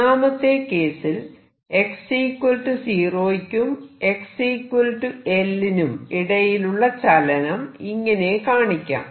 ഒന്നാമത്തെ കേസിൽ x 0 യ്കും x L നും ഇടയിലുള്ള ചലനം ഇങ്ങനെ കാണിക്കാം